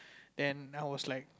then I was like